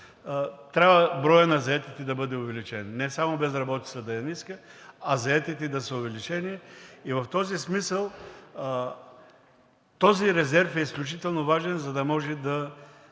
трябва броят на заетите да бъде увеличен и не само безработицата да е ниска, а заетите да са увеличени. В този смисъл този резерв е изключително важен, за да може да